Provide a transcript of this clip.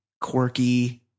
quirky